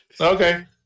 Okay